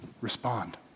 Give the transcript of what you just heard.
respond